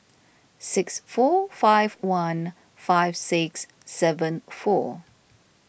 six four five one five six seven four